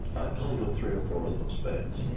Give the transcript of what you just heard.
i played with three or four of those bands.